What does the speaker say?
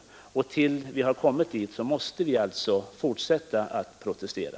Till dess att vi har kommit dithän måste vi alltså fortsätta att protestera.